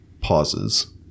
pauses